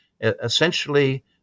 Essentially